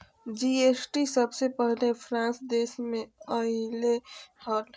GST सबसे पहले France देश मे अइले हल